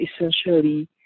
essentially